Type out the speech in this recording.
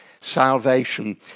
salvation